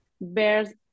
bears